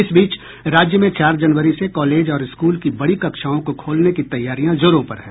इस बीच राज्य में चार जनवरी से कॉलेज और स्कूल की बड़ी कक्षाओं को खोलने की तैयारियां जोरों पर हैं